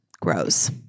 grows